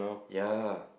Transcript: ya